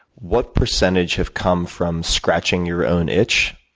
what percentage have come from scratching your own itch,